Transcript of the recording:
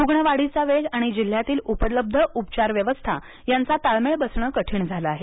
रूग्ण वाढीचा वेग आणि जिल्ह्यातील उपलब्ध उपचारव्यवस्था यांचा ताळमेळ बसणं कठीण झालं आहे